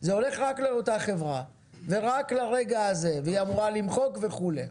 זה הולך רק לאותה חברה ורק לרגע הזה והיא אמורה למחוק וכולי.